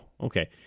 okay